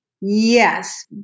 Yes